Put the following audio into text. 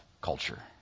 culture